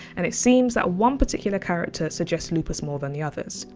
and it seems that one particular character suggests lupus more than the others.